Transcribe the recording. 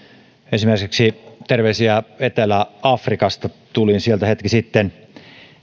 ensimmäiseksi terveisiä etelä afrikasta tulin sieltä hetki sitten